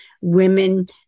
Women